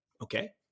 okay